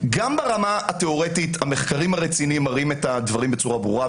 גם ברמה התיאורטית המחקרים הרציניים מראים את הדברים בצורה ברורה,